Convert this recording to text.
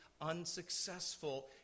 unsuccessful